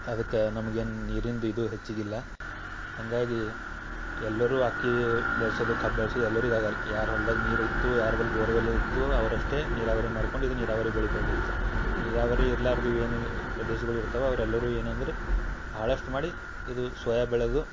ಅದಕ್ಕೆ ನಮ್ಗೇನು ನೀರಿಂದು ಇದು ಹೆಚ್ಚಿಗೆ ಇಲ್ಲ ಹಾಗಾಗೀ ಎಲ್ಲರೂ ಅಕ್ಕಿ ಬೆಳ್ಸೋದು ಕಬ್ಬು ಬೆಳ್ಸೋದು ಎಲ್ಲರಿಗ್ ಆಗಲ್ಲ ಯಾರು ಹೊಲ್ದಾಗೆ ನೀರು ಇತ್ತು ಯಾರ ಬಳ್ ಬೋರ್ವೆಲ್ ಇತ್ತು ಅವರಷ್ಟೇ ನೀರಾವರಿ ಮಾಡ್ಕೊಂಡು ಇದು ನೀರಾವರಿ ಬೆಳೆಗೊಳ್ ಬೆಳಿತಾರೆ ನೀರಾವರಿ ಇರ್ಲಾರ್ದೆ ಇವೇನು ಪ್ರದೇಶಗಳು ಇರ್ತವೆ ಅವ್ರು ಎಲ್ಲರೂ ಏನಂದ್ರೆ ಭಾಳಷ್ಟು ಮಾಡಿ ಇದು ಸೋಯಾ ಬೆಳೆದು